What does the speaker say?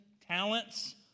talents